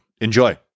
Enjoy